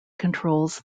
controls